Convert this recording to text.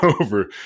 over